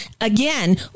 Again